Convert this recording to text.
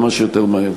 וכמה שיותר מהר.